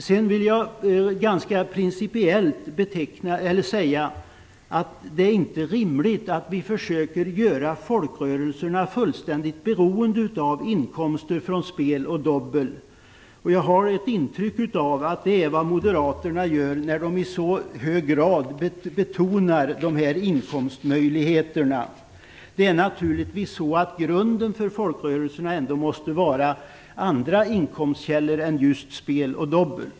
Sedan vill jag principiellt säga att det inte är rimligt att vi försöker göra folkrörelserna fullständigt beroende av inkomster från spel och dobbel. Jag har ett intryck av att det är vad moderaterna gör när de i så hög grad betonar de här inkomstmöjligheterna. Grunden för folkrörelserna måste naturligtvis vara andra källor än just spel och dobbel.